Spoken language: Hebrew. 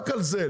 רק על זה,